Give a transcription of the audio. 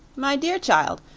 my dear child,